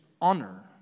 honor